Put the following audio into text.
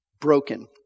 broken